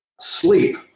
Sleep